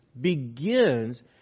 begins